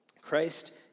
Christ